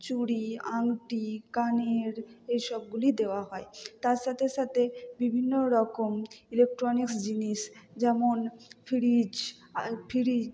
চুড়ি আংটি কানের এ সবগুলিই দেওয়া হয় তার সাথে সাথে বিভিন্ন রকম ইলেকট্রনিক্স জিনিস যেমন ফ্রিজ ফ্রিজ